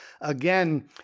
again